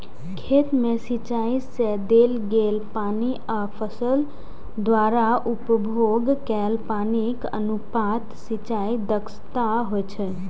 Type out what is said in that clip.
खेत मे सिंचाइ सं देल गेल पानि आ फसल द्वारा उपभोग कैल पानिक अनुपात सिंचाइ दक्षता होइ छै